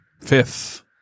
fifth